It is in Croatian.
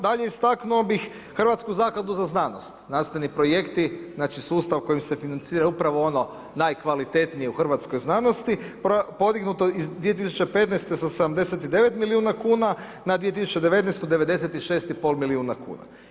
Dalje istaknuo bih Hrvatsku zakladu za znanost, nastavni projekti, znači sustav kojim se financira upravo ono najkvalitetnije u hrvatskoj znanosti podignuto iz 2015. sa 79 milijuna kuna na 2019. 96,5 milijuna kuna.